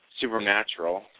supernatural